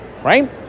right